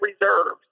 reserves